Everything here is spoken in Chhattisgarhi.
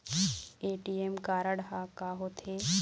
ए.टी.एम कारड हा का होते?